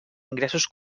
ingressos